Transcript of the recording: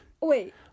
Wait